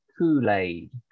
kool-aid